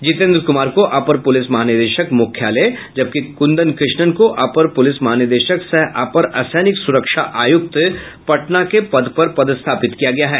जितेंद्र कुमार को अपर पुलिस महानिदेशक मुख्यालय जबकि कुंदन कृष्णन को अपर पुलिस महानिदेशक सह अपर असैनिक सुरक्षा आयुक्त पटना के पद पर पदस्थापित किया गया है